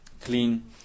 clean